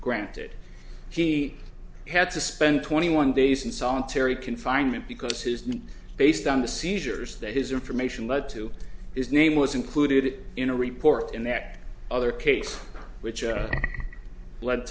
granted he had to spend twenty one days in solitary confinement because his name based on the seizures that his information led to his name was included in a report in that other case which